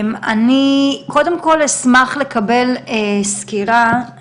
קודם כל אשמח לקבל סקירה,